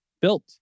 built